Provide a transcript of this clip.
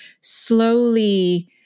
slowly